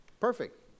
Perfect